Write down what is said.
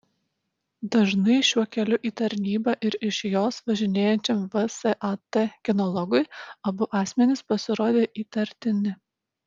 dažnai šiuo keliu į tarnybą ir iš jos važinėjančiam vsat kinologui abu asmenys pasirodė įtartini